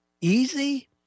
easy